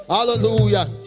Hallelujah